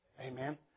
Amen